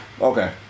okay